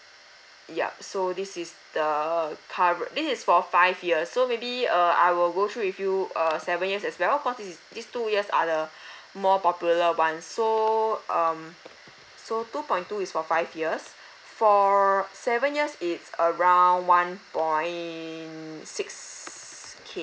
yup so this is the car r~ this is for five years so maybe uh I will go through with you err seven years as well cause this is this two years are the more popular ones so um so two point two is for five years for seven years it's around one point six K